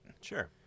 Sure